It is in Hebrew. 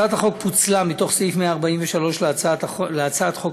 הצעת החוק פוצלה מתוך סעיף 143 להצעת חוק